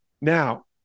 Now